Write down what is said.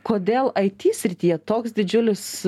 kodėl aity srityje toks didžiulis